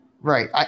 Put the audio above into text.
Right